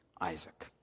Isaac